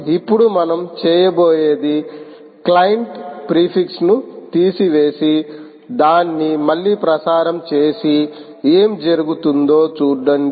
ఇప్పుడు మనం చేయబోయేది క్లయింట్ ప్రిఫిక్స్ ను తీసివేసి దాన్ని మళ్ళీ ప్రసారం చేసి ఏమి జరుగుతుందో చూడండి